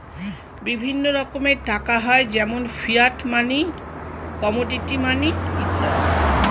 বিভিন্ন রকমের টাকা হয় যেমন ফিয়াট মানি, কমোডিটি মানি ইত্যাদি